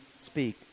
speak